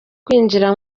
kwinjira